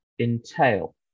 entail